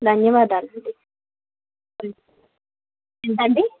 ధన్యవాదాలు ఎంతండి